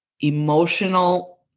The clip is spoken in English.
emotional